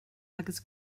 agus